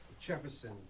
Jefferson